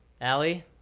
Allie